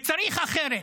וצריך אחרת.